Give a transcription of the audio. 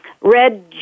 Red